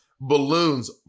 balloons